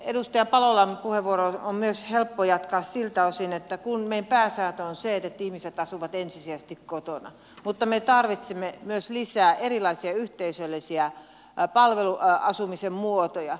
edustaja palolan puheenvuorosta on helppo jatkaa siltä osin että vaikka meidän pääsääntömme on se että ihmiset asuvat ensisijaisesti kotona me tarvitsemme lisää myös erilaisia yhteisöllisen palveluasumisen muotoja